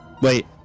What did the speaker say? Wait